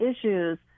issues